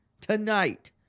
Tonight